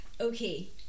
Okay